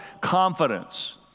confidence